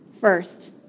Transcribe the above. First